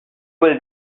will